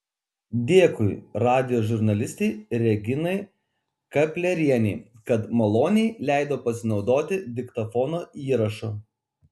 dėkui radijo žurnalistei reginai kaplerienei kad maloniai leido pasinaudoti diktofono įrašu